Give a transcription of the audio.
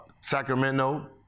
Sacramento